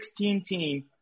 16-team